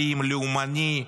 אלים, לאומני,